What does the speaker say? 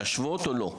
להשוות או לא?